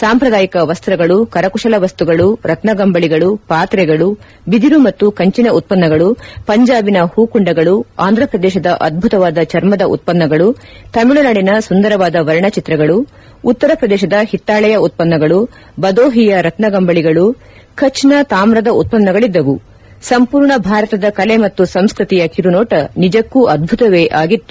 ಸಾಂಪ್ರದಾಯಿಕ ವಸ್ತ್ರಗಳು ಕರಕುಶಲ ವಸ್ತುಗಳು ರತ್ನಗಂಬಳಿಗಳು ಪಾತ್ರೆಗಳು ಬಿದಿರು ಮತ್ತು ಕಂಚಿನ ಉತ್ಪನ್ನಗಳು ಪಂಜಾಬಿನ ಹೂಕುಂಡಗಳು ಆಂಧ್ರಪ್ರದೇಶದ ಅದ್ಬುತವಾದ ಚರ್ಮದ ಉತ್ಪನ್ನಗಳು ತಮಿಳುನಾಡಿನ ಸುಂದರವಾದ ವರ್ಣಚಿತ್ರಗಳು ಉತ್ತರ ಪ್ರದೇಶದ ಹಿತ್ತಾಳೆಯ ಉತ್ಪನ್ನಗಳು ಬದೋಹಿಯ ರತ್ಸಗಂಬಳಿಗಳು ಕಛ್ ನ ತಾಮ್ರದ ಉತ್ಪನ್ನಗಳಿದ್ದವು ಸಂಪೂರ್ಣ ಭಾರತದ ಕಲೆ ಮತ್ತು ಸಂಸ್ಕೃತಿಯ ಕಿರುನೋಟ ನಿಜಕ್ಕೂ ಅದ್ಭುತವೇ ಆಗಿತ್ತು